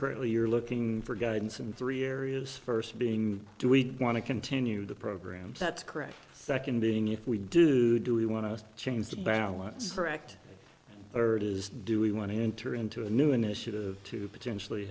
currently you're looking for guidance from three areas first being do we want to continue the program that's correct seconding if we do do we want to change the balance for act or it is do we want to enter into a new initiative to potentially